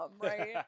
right